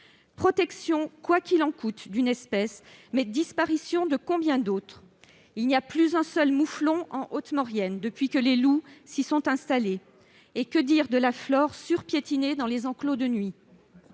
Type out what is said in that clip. Protection, « quoi qu'il en coûte », d'une espèce ; disparition de combien d'autres ? Il n'y a plus un seul mouflon en Haute Maurienne depuis que les loups s'y sont installés. On peut aussi parler de la flore surpiétinée dans les enclos de nuit